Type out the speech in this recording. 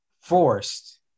forced